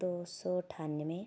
ਦੋ ਸੌ ਅਠਾਨਵੇਂ